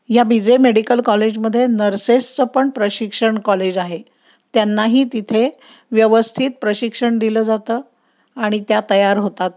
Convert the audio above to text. या B J medical कॉलेजमध्ये नर्सेसचं पण प्रशिक्षण कॉलेज आहे त्यांनाही तिथे व्यवस्थित प्रशिक्षण दिलं जातं आणि त्या तयार होतात